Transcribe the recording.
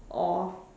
or